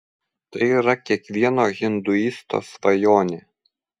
tai yra kiekvieno hinduisto svajonė